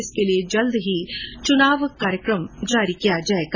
इसके लिए जल्द ही चुनाव कार्यक्रम जारी किया जायेगा